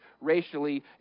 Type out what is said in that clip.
racially